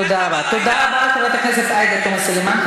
למה את, תודה רבה, חברת הכנסת עאידה תומא סלימאן.